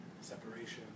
separation